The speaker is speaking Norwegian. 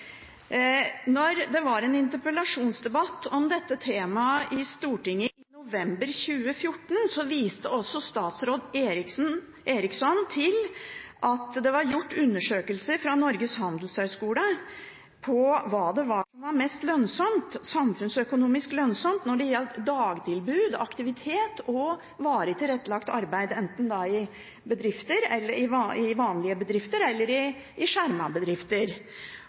det var en interpellasjonsdebatt om dette temaet i Stortinget i november 2014, viste også statsråd Ericsson til at det var gjort undersøkelser av Norges Handelshøyskole med hensyn til hva som var mest samfunnsøkonomisk lønnsomt når det gjaldt dagtilbud, aktivitet og varig tilrettelagt arbeid, enten i vanlige bedrifter eller i